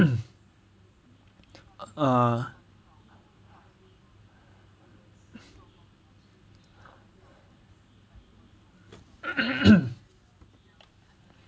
ah